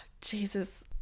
jesus